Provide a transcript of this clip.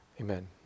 Amen